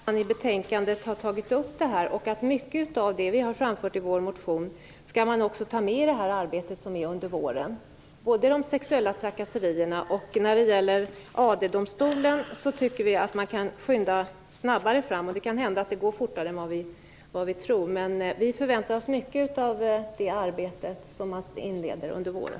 Herr talman! Nu tycker vi att man i betänkandet har tagit upp detta. Och mycket av det som vi har framfört i vår motion skall också tas med i det arbete som påbörjas under våren, bl.a. de sexuella trakasserierna. När det gäller Arbetsdomstolen anser vi att man kan gå snabbare fram. Det kan hända att det går fortare än vad vi tror. Men vi förväntar oss mycket av det arbete som inleds under våren.